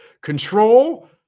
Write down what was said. control